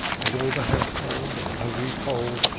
and all the household, and the hungry pole,